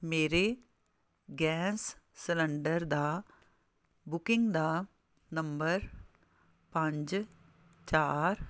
ਮੇਰੇ gas cylinder ਦਾ booking ਦਾ ਨੰਬਰ ਪੰਜ ਚਾਰ